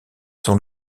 sont